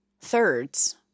thirds